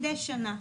מדי שנה.